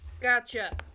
Gotcha